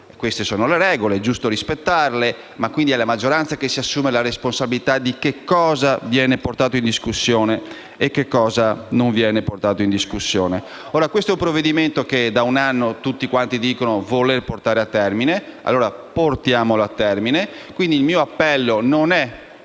Queste sono le regole ed è giusto rispettarle, ma è la maggioranza che si assume la responsabilità di che cosa viene portato in discussione e che cosa non viene portato in discussione. Questo è un provvedimento che tutti da un anno dicono di voler portare a termine; allora portiamolo a termine. Quindi il mio appello non è